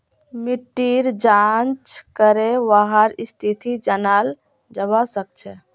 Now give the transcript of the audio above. मिट्टीर जाँच करे वहार स्थिति जनाल जवा सक छे